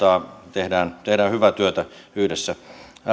tehdään tehdään hyvää työtä yhdessä